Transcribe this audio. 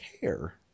care